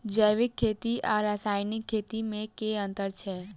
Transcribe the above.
जैविक खेती आ रासायनिक खेती मे केँ अंतर छै?